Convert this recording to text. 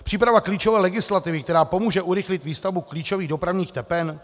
Příprava klíčové legislativy, která pomůže urychlit výstavbu klíčových dopravních tepen?